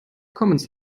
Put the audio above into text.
commons